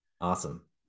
Awesome